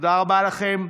תודה רבה לכם.